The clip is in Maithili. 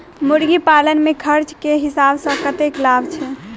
मुर्गी पालन मे खर्च केँ हिसाब सऽ कतेक लाभ छैय?